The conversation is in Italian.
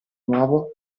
nuovo